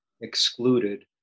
excluded